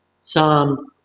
Psalm